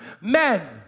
Men